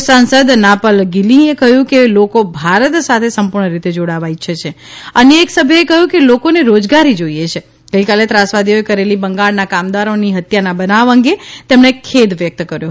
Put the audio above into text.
અન્ય સાંસદ નાપન ગીલે કહ્યું કે લોકો ભારત સાથે સંપૂર્ણ રીતે જોડાવા ઇચ્છે છે અન્ય એક સભ્યએ કહ્યુ કે લોકોને રોજગારી જોઇએ છે ગઇકાલે ત્રાસવાદીઓએ કરેલી બંગાળના કામદારોની હત્યાના બનાવ અંગે તેમણે ખેદ વ્યકત કર્યો